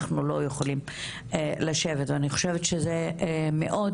אנחנו לא יכולים לשבת ואני חושבת שזה מאוד